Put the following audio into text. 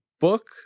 book